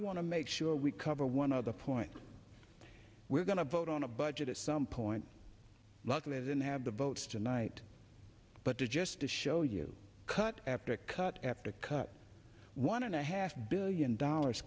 want to make sure we cover one of the points we're going to vote on a budget at some point luckily i didn't have the votes tonight but to just to show you cut after cut after cut one and a half billion dollars